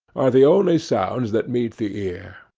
are the only sounds that meet the ear.